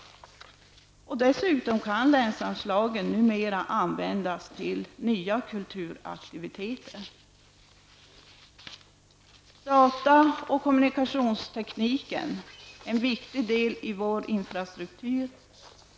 Dessutom kan länsanslagen numera användas till nya kulturaktiviteter. Data och kommunikationstekniken är en viktig del av vår infrastruktur.